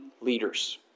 leaders